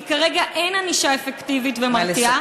כי כרגע אין ענישה אפקטיבית ומרתיעה.